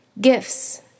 Gifts